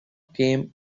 came